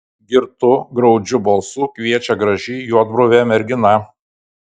girtu graudžiu balsu kviečia graži juodbruvė mergina